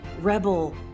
rebel